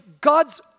God's